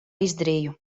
izdarīju